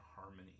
harmony